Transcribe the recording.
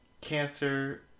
cancer